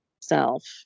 self